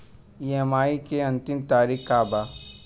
EMI के अंतिम तारीख का बा?